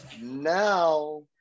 now